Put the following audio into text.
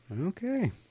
Okay